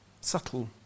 subtle